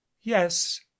yes